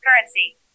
currency